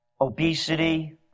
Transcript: Obesity